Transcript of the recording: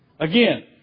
Again